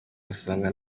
wasanga